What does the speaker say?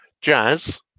Jazz